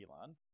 Elon